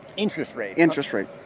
interest rate interest rate.